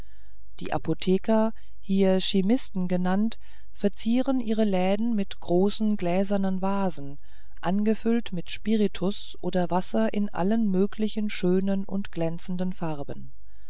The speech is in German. die apotheker hier chymisten genannt verzieren ihre läden mit großen gläsernen vasen angefüllt mit spiritus oder wassern in allen möglichen schönen und glänzenden farben